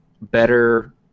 better